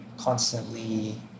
constantly